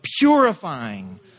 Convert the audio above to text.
purifying